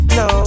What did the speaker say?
no